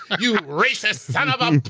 you racist son-of-a um